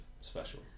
special